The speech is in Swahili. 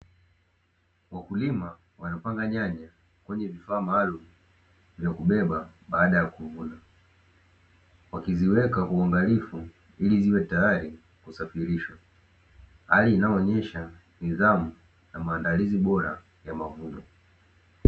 Wakulima wanapanga nyanya kwenye kifaa maalumu cha kubebea hali inayoonyesha nidhamu bora ya mavuno